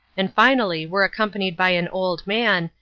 and finally were accompanied by an old man,